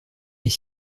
est